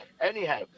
Anyhow